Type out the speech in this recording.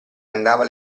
andava